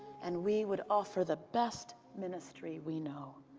and we would offer the best ministry we know.